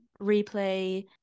replay